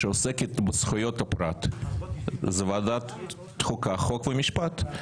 שעוסקת בזכויות הפרט, היא ועדת החוקה, חוק ומשפט.